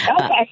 Okay